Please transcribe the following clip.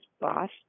boss